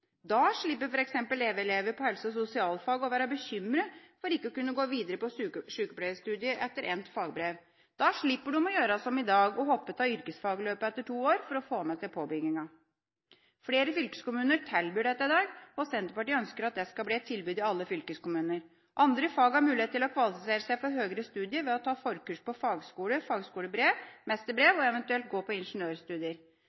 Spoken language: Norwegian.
Da slipper f.eks. elever på helse- og sosialfag å være bekymret for ikke å kunne gå videre på sykepleiestudiet etter endt fagbrev. Da slipper de å gjøre som i dag, å hoppe av yrkesfagløpet etter to år for å få med seg påbygginga. Flere fylkeskommuner tilbyr dette i dag. Senterpartiet ønsker at det skal bli et tilbud i alle fylkeskommuner. Andre fag har mulighet til å kvalifisere seg for høgere studier ved å ta forkurs på